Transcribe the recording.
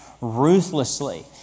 ruthlessly